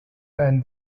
and